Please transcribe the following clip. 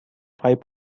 five